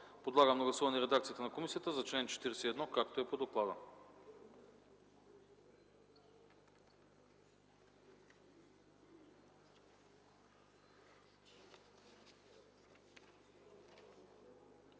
Подлагам на гласуване редакцията на комисията за чл. 41 както е по доклада.